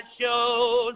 shows